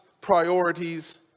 priorities